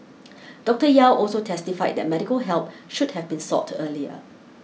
Doctor Yew also testified that medical help should have been sought earlier